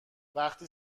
وقتی